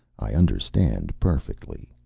i understand perfectly.